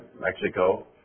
Mexico